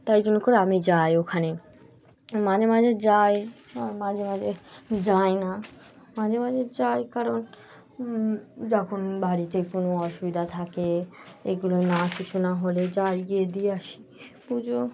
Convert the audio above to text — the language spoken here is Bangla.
তাই জন্য করে আমি যাই ওখানে মাঝে মাঝে যাই মাঝে মাঝে যাই না মাঝে মাঝে যাই কারণ যখন বাড়িতে কোনো অসুবিধা থাকে এগুলো না কিছু না হলে যাই গিয়ে দিয়ে আসি পুজো